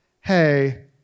hey